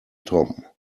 tom